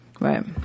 Right